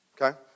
Okay